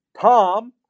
Tom